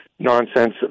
Nonsense